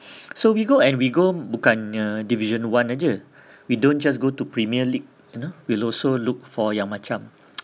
so we go and we go bukan uh division one aja we don't just go to premier league you know we also look for yang macam